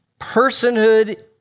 personhood